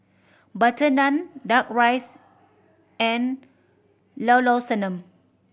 butter naan Duck Rice and Llao Llao Sanum